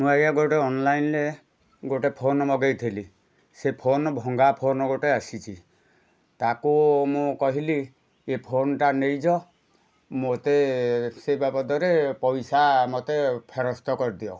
ମୁଁ ଆଜ୍ଞା ଗୋଟେ ଅନ୍ଲାଇନ୍ରେ ଗୋଟେ ଫୋନ୍ ମଗେଇଥିଲି ସେ ଫୋନ୍ ଭଙ୍ଗା ଫୋନ୍ ଗୋଟେ ଆସିଚି ତାକୁ ମୁଁ କହିଲି ଏ ଫୋନ୍ଟା ନେଇଯାଅ ମୋତେ ସେ ବାବଦରେ ପଇସା ମୋତେ ଫେରସ୍ଥ କରିଦିଅ